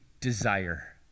desire